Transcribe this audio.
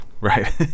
Right